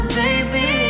baby